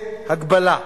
בצווי הגבלה,